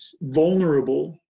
vulnerable